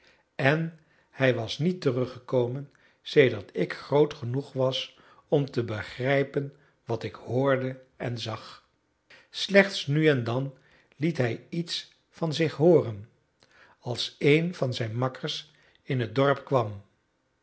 en hij was niet teruggekomen sedert ik groot genoeg was om te begrijpen wat ik hoorde en zag slechts nu en dan liet hij iets van zich hooren als een van zijn makkers in het dorp kwam